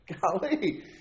golly